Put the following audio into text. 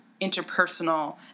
interpersonal